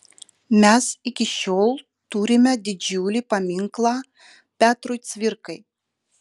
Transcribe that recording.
mes iki šiol turime didžiulį paminklą petrui cvirkai